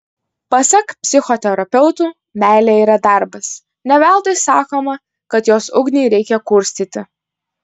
pasak psichoterapeutų meilė yra darbas ne veltui sakoma kad jos ugnį reikia kurstyti